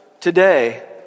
today